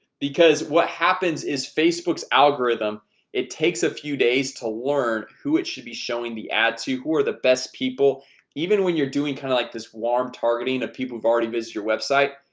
because what happens is facebook's algorithm it takes a few days to learn who it should be showing the ad to who are the best people even when you're doing kind of like this warm targeting of people have already visit your website.